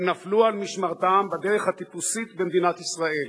הם נפלו על משמרתם בדרך הטיפוסית במדינת ישראל,